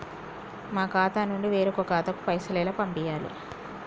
మా ఖాతా నుండి వేరొక ఖాతాకు పైసలు ఎలా పంపియ్యాలి?